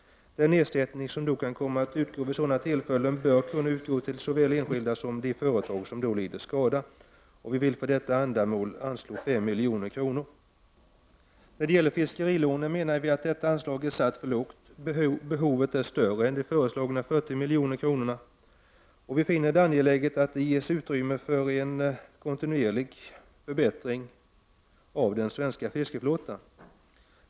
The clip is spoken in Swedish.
Den ersättning som då kan komma att utgå vid sådana tillfällen bör kunna utgå till såväl enskilda som de företag som lider skada. För detta ändamål vill vi anslå 5 milj.kr. När det gäller fiskerilånen menar vi att detta anslag är satt för lågt. Behovet är större än de föreslagna 40 miljonerna. Vi finner det angeläget att det ges utrymme för en kontinuerlig förbättring av den svenska fiskeflottan.